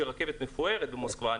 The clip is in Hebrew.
שהיא רכבת מפוארת במוסקבה,